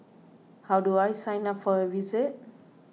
how do I sign up for a visit